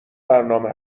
برنامه